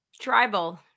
Tribal